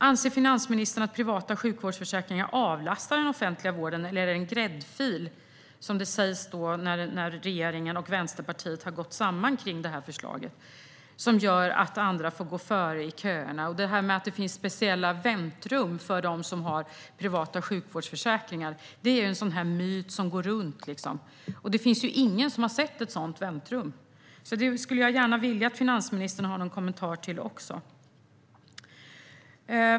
Anser finansministern att privata sjukvårdsförsäkringar avlastar den offentliga vården, eller är de en gräddfil som gör att andra får gå före i köerna? Det är ju så man uttrycker det när regeringen och Vänsterpartiet har gått samman om det här förslaget. Att det skulle finnas speciella väntrum för dem som har privata sjukvårdsförsäkringar är en myt. Det finns ingen som har sett ett sådant väntrum. Detta skulle jag gärna vilja att finansministern har en kommentar till.